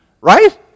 Right